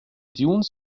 dunes